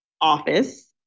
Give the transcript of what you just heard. office